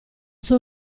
suo